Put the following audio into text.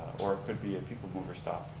or it could be a people mover stop.